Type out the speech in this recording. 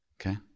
Okay